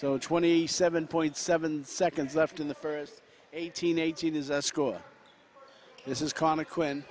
so twenty seven point seven seconds left in the first eighteen eighteen is a score this is comic when